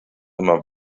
immer